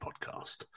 podcast